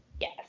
Yes